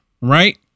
Right